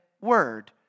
word